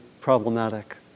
problematic